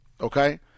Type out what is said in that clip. Okay